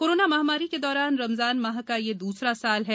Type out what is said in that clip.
corona महामारी के दौरान रमजान माह का यह द्वसरा साल है